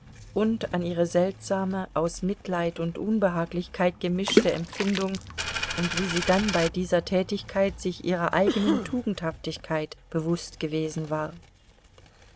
und an ihre seltsame aus mitleid und unbehaglichkeit gemischte empfindung und wie sie dann bei dieser tätigkeit sich ihrer eigenen tugendhaftigkeit bewußt gewesen war